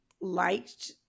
liked